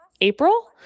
April